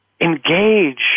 engage